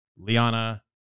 Liana